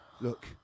Look